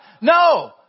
No